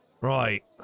Right